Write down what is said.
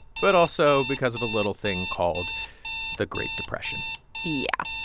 but also because of a little thing called the great depression yeah.